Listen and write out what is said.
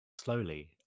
Slowly